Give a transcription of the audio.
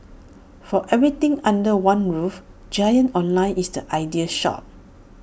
for everything under one roof giant online is the ideal shore